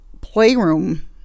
playroom